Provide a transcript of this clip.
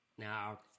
Now